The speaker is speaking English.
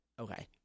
Okay